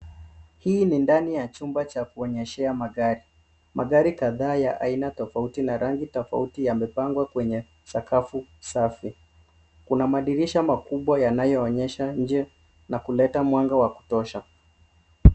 Hii ni ndani ya cumba cha kuonyeshea magari. Maari kadhaa ya aina tofauti na rangi tofauti yamepangwa kwenye safau safi. Kuna madirisha makubwa yanayoonyesha nje na kuleta mwanga wa kutosha.